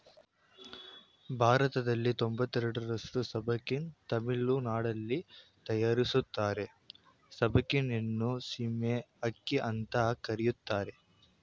ಭಾರತದಲ್ಲಿ ತೊಂಬತಯ್ದರಷ್ಟು ಸಬ್ಬಕ್ಕಿನ ತಮಿಳುನಾಡಲ್ಲಿ ತಯಾರಿಸ್ತಾರೆ ಸಬ್ಬಕ್ಕಿಯನ್ನು ಸೀಮೆ ಅಕ್ಕಿ ಅಂತ ಕರೀತಾರೆ